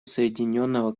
соединенного